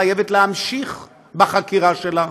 חייבת להמשיך בחקירה שלה,